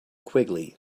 quickly